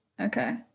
Okay